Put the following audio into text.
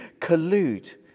collude